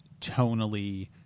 tonally